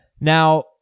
Now